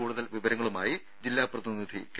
കൂടുതൽ വിവരങ്ങളുമായി ജില്ലാ പ്രതിനിധി കെ